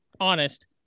honest